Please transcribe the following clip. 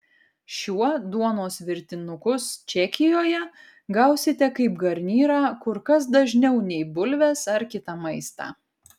šiuo duonos virtinukus čekijoje gausite kaip garnyrą kur kas dažniau nei bulves ar kitą maistą